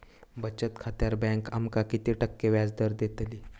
बचत खात्यार बँक आमका किती टक्के व्याजदर देतली?